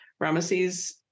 Ramesses